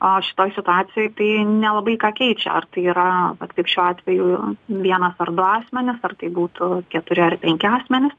a šitoj situacijoj tai nelabai ką keičia ar tai yra vat kaip šiuo atveju vienas arba asmenys ar tai būtų keturi ar penki asmenys